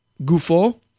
Gufo